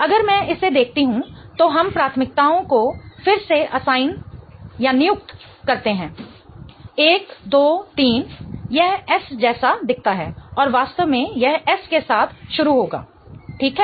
अगर मैं इसे देखती हूं तो हम प्राथमिकताओं को फिर से असाइन करते हैं 1 2 3 यह S जैसा दिखता है और वास्तव में यह S के साथ शुरू होगा ठीक है